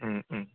उम उम